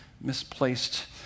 Misplaced